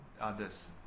others